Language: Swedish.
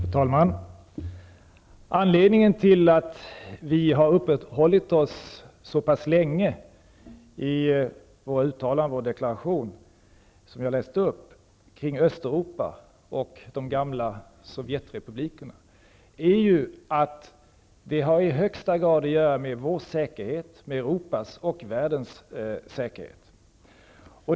Fru talman! Anledningen till att vi i vår deklaration, som jag läste upp, har uppehållit oss så pass länge kring Östeuropa och de gamla sovjetrepublikerna är att de i allra högsta grad har att göra med vår säkerhet samt med Europas och världens säkerhet.